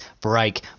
break